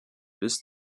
bis